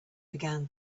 began